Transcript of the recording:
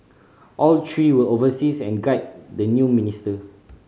all three will oversees and guide the new minister